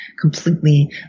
completely